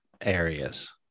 areas